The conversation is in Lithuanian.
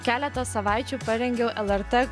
keletą savaičių parengiau lrt